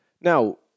Now